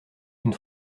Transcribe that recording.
une